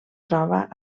troba